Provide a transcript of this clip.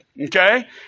Okay